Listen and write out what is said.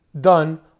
done